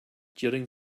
during